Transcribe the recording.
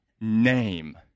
name